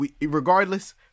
regardless